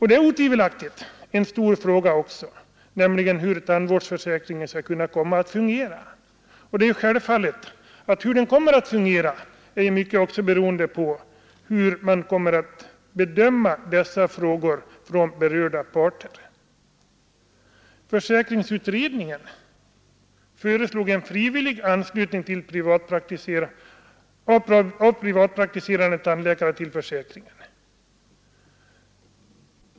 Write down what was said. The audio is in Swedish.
Det är otvivelaktigt en stor fråga hur tandvårdsförsäkringen skall komma att fungera, och det är självfallet att hur den kommer att fungera i mycket är beroende på hur frågan om anslutningen kommer att bedömas av berörda parter. Försäkringsutredningen föreslog en frivillig anslutning av privatpraktiserande tandläkare.